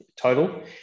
total